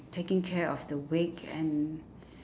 taking care of the wake and